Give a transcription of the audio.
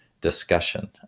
discussion